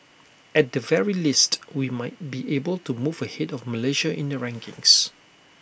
at the very least we might be able to move ahead of Malaysia in the rankings